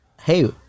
Hey